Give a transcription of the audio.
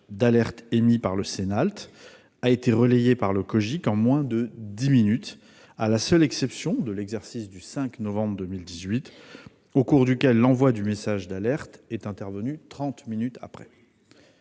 d'alerte émis par le Cenalt a été relayée par le Cogic en moins de dix minutes, à la seule exception de l'exercice du 5 novembre 2018, au cours duquel l'envoi du message d'alerte est intervenu trente minutes après.